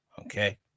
Okay